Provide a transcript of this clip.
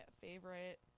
favorite